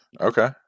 okay